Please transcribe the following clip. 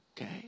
okay